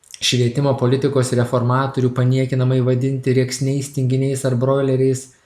švietimo politikos reformatorių paniekinamai vadinti rėksniais tinginiais ar broileriais